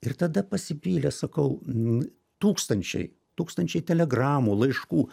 ir tada pasipylė sakau n tūkstančiai tūkstančiai telegramų laiškų